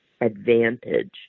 advantage